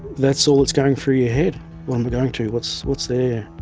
that's all that's going through your head what am i going to, what's what's there?